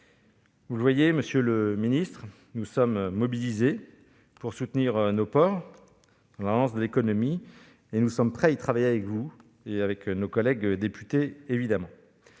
Vous le voyez, monsieur le ministre, nous sommes mobilisés pour soutenir nos ports et la relance de l'économie. Nous sommes prêts à y travailler avec vous et avec nos collègues députés. Je